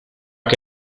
che